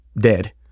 dead